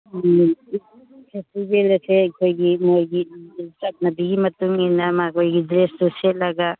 ꯆꯠꯅꯕꯤꯒꯤ ꯃꯇꯨꯡ ꯏꯟꯅ ꯃꯈꯣꯏꯒꯤ ꯗ꯭ꯔꯦꯁꯇꯨ ꯁꯦꯠꯂꯒ